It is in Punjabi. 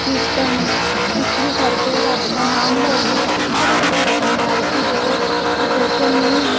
ਕੀਰਤਨ ਕੁਝ ਵੀ ਕਰਕੇ ਰੱਬ ਦਾ ਨਾਮ ਲਉਗੇ ਤੇ ਇਸ ਤਰ੍ਹਾਂ ਤੁਸੀਂ ਆਪਣੀ ਗਾਇਕੀ ਦੇ ਪ੍ਰਦਰਸ਼ਨ ਨੂੰ